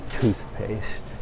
toothpaste